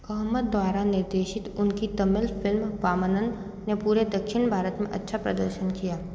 अहमद द्वारा निर्देशित उनकी तमिल फिल्म वामनन ने पूरे दक्षिण भारत में अच्छा प्रदर्शन किया